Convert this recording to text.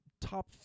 top